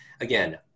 again